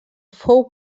fou